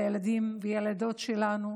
לילדים ולילדות שלנו,